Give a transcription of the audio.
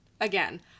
again